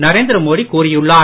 நரேந்திரமோடிகூறியுள்ளார்